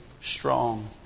strong